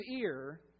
ear